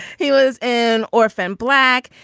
he was an orphan black.